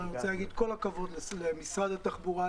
כל הכבוד למשרד התחבורה,